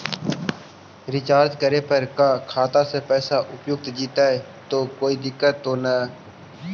Recharge करे पर का खाता से पैसा उपयुक्त जितै तो कोई दिक्कत तो ना है?